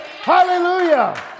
Hallelujah